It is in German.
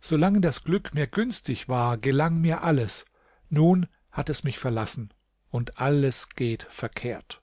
solange das glück mir günstig war gelang mir alles nun hat es mich verlassen und alles geht verkehrt